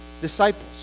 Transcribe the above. disciples